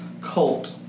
colt